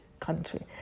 country